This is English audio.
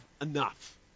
enough